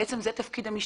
וזה תפקיד המשטרה,